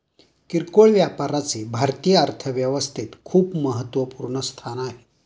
किरकोळ व्यापाराचे भारतीय अर्थव्यवस्थेत खूप महत्वपूर्ण स्थान आहे